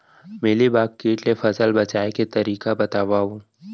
Mealybug किट ले फसल बचाए के तरीका बतावव?